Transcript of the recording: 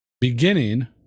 beginning